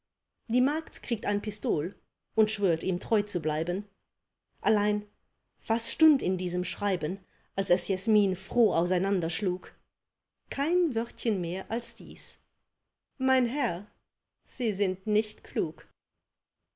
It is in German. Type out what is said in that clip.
die magd kriegt ein pistol und schwört ihm treu zu bleiben allein was stund in diesem schreiben als es jesmin froh auseinanderschlug kein wörtchen mehr als dies mein herr sie sind nicht klug